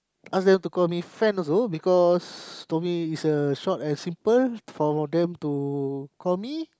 ask them to call me Fen also because to me it's a short and simple for them to call me